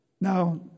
Now